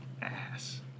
ass